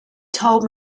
told